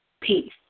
peace